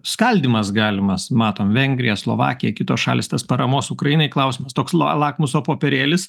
skaldymas galimas matom vengrija slovakija kitos šalys tas paramos ukrainai klausimas toks lakmuso popierėlis